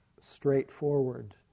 straightforward